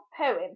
poem